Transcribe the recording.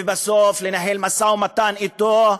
ובסוף לנהל משא-ומתן אתו.